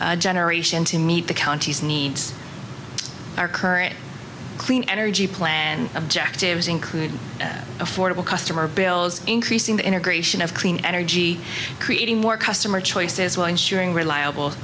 generation to meet the county's needs our current clean energy plan and jack include affordable customer bills increasing the integration of clean energy creating more customer choices while ensuring reliable